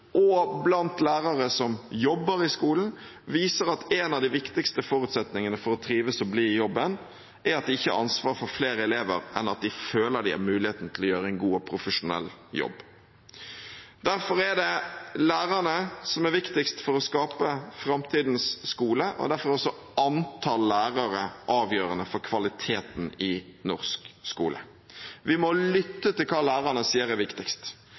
og blant lærere som jobber i skolen, viser at en av de viktigste forutsetningene for å trives og bli i jobben, er at de ikke har ansvar for flere elever enn at de føler at de har muligheten til å gjøre en god og profesjonell jobb. Derfor er det lærerne som er viktigst for å skape framtidens skole, og derfor er antall lærere avgjørende for kvaliteten i norsk skole. Vi må lytte til hva lærerne sier er viktigst.